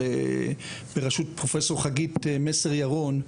ברשות פרופ' חגית מסר-ירון,